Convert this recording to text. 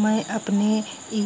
मैं अपने ई